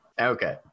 Okay